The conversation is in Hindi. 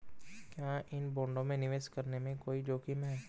क्या इन बॉन्डों में निवेश करने में कोई जोखिम है?